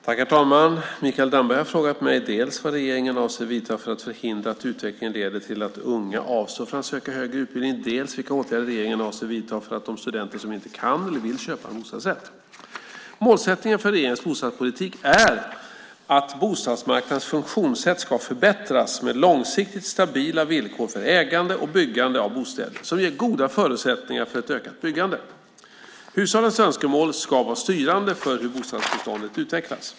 Herr talman! Mikael Damberg har frågat mig dels vad regeringen avser att vidta för åtgärder för att förhindra att utvecklingen leder till att unga avstår från att söka högre utbildning, dels vilka åtgärder regeringen avser att vidta för de studenter som inte kan eller vill köpa en bostadsrätt. Målsättningen för regeringens bostadspolitik är att bostadsmarknadens funktionssätt ska förbättras med långsiktigt stabila villkor för ägande och byggande av bostäder, som ger goda förutsättningar för ett ökat byggande. Hushållens önskemål ska vara styrande för hur bostadsbeståndet utvecklas.